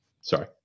Sorry